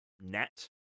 net